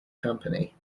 company